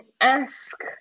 ask